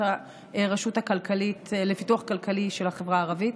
את הרשות לפיתוח כלכלי של החברה הערבית,